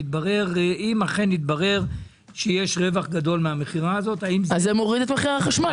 אם אכן יתברר שיש רווח גדול מהמכירה הזאת --- זה מוריד את מחיר החשמל.